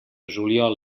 juliol